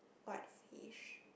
what fish